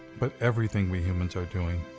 but everything we humans are doing.